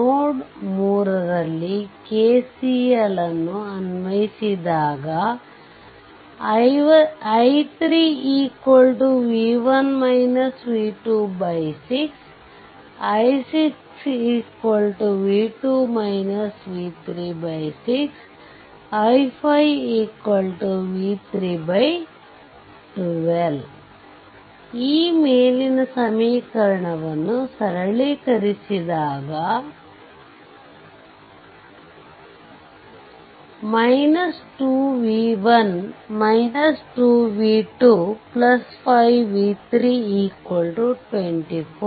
ನೋಡ್ 3 ರಲ್ಲಿ KCL ಅನ್ವಯಿಸಿದಾಗ i3 6 i6 6 i5 v3 12 ಈ ಮೇಲಿನ ಸಮೀಕರಣ ವನ್ನು ಸರಳಿಕರಿಸಿದಾಗ 2v1 2v25v324